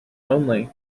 only